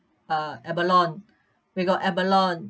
uh abalone we got abalone